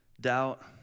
doubt